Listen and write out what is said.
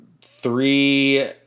Three